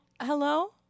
Hello